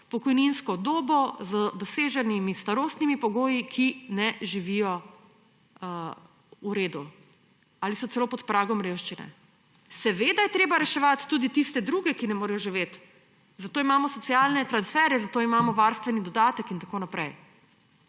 pokojninsko dobo, z doseženimi starostnimi pogoji, ki ne živijo v redu ali so celo pod pragom revščine. Seveda je treba reševati tudi tiste druge, ki ne morejo živeti, zato imamo socialne transfere, zato imamo varstveni dodatek in tako naprej.